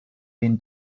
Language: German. den